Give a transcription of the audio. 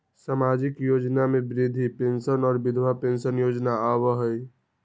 सामाजिक योजना में वृद्धा पेंसन और विधवा पेंसन योजना आबह ई?